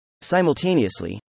Simultaneously